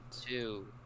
two